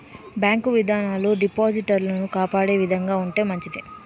bank విధానాలు డిపాజిటర్లను కాపాడే విధంగా ఉంటే మంచిది